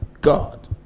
God